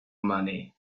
money